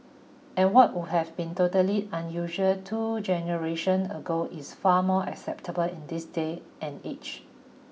and what would have been totally unusual two generations ago is far more acceptable in this day and age